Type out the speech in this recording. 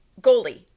goalie